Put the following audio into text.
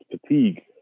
fatigue